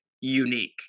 unique